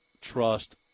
trust